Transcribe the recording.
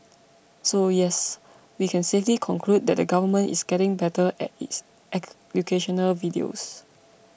so yes we can safely conclude that the government is getting better at its educational videos